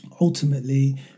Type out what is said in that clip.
ultimately